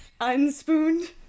unspooned